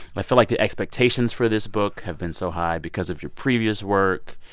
i feel like the expectations for this book have been so high because of your previous work.